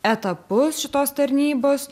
etapus šitos tarnybos